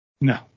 No